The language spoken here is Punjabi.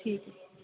ਠੀਕ